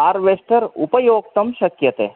harvester उपयोक्तं शक्यते